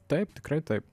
taip tikrai taip